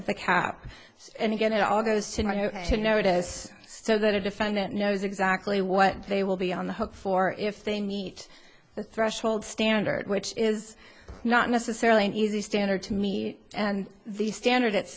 of the cap and again it all goes to notice so that a defendant knows exactly what they will be on the hook for if they meet the threshold standard which is not necessarily an easy standard to meet and the standard